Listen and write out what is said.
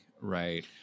right